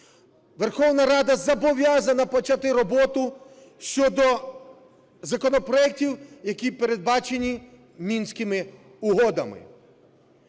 Верховна Рада зобов'язана почати роботу щодо законопроектів, які передбачені Мінськими угодами.